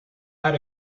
how